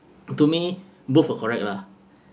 to me both are correct lah